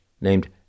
named